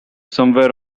somewhere